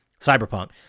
Cyberpunk